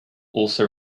also